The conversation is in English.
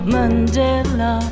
Mandela